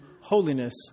holiness